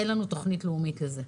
אין לנו תוכנית לאומית לזה.